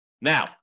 Now